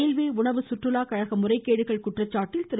railway உணவு சுற்றுலா கழக முறைகேடுகள் குற்றச்சாட்டின் திரு